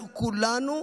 אנחנו כולנו,